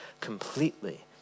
completely